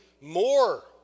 more